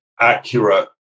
accurate